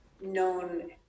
known